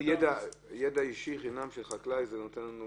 ידע אישי חינם של חקלאי זה נותן לנו